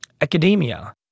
academia